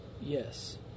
yes